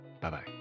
Bye-bye